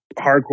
hardcore